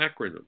acronym